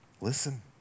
listen